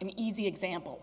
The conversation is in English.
an easy example